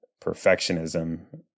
perfectionism